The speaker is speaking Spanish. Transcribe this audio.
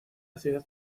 ciudad